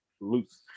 loose